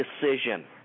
decision